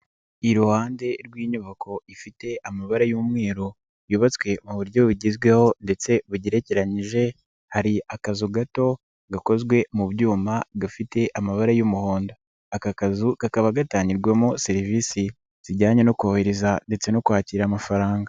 Iruhande rw'inyubako ifite amabara y'umweru yubatswe mu buryo bugezweho ndetse bugerekeranyije hari akazu gato gakozwe mu byuma gafite amabara y'umuhondo, aka kazu kakaba gatangirwamo serivisi zijyanye no kohereza ndetse no kwakira amafaranga.